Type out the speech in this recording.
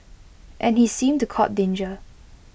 and he seemed to court danger